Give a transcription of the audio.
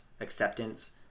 acceptance